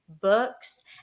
books